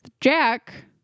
Jack